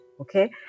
okay